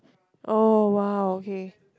oh well okay